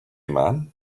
man